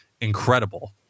incredible